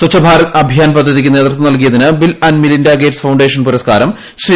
സച്ച്ഭാരത് അഭിയാൻ പദ്ധതിക്ക് നേതൃത്വം നൽകിയതിന് ബിൽ ആന്റ് മെലിന്റാ ഗേറ്റ്സ് ഫൌണ്ടേഷൻ പുരസ്കാരം ശ്രീ